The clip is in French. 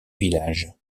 village